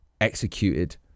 executed